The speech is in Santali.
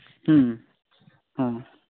ᱦᱚᱸ